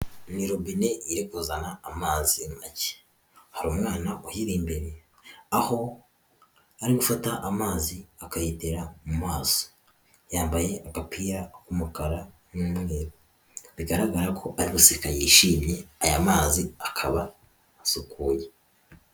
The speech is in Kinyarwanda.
Ni robine iri kuzana amazi make, hari umwana uyiri imbere, aho ari gufata amazi akayitera mu maso, yambaye agapapira k'umukara n'umweru bigaragara ko ari agaseta yishimye, aya mazi akaba asukuye.